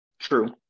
True